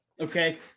Okay